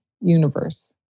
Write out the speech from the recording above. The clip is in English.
universe